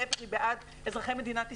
להיפך, היא בעד אזרחי מדינת ישראל,